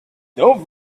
don‘t